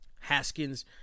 Haskins